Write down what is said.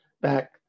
back